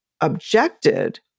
objected